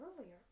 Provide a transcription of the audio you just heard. earlier